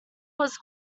was